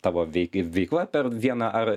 tavo veik veikla per vieną ar